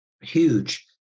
huge